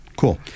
Cool